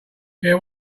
care